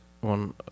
one